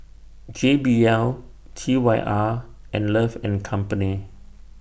J B L T Y R and Love and Company